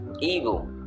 evil